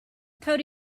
code